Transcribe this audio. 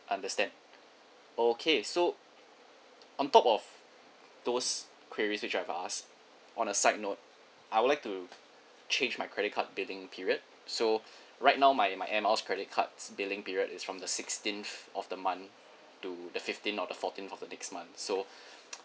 understand okay so on top of those us on a side note I would like to change my credit card billing period so right now my my air miles credit cards billing period is from the sixteenth of the month to the fifteenth or the fourteenth of the next month so